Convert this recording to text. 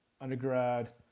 undergrad